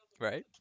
Right